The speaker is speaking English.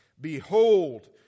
Behold